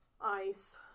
Ice